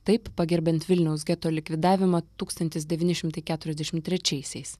taip pagerbiant vilniaus geto likvidavimą tūkstantis devyni šimtai keturiasdešimt trečiaisiais